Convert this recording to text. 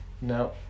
No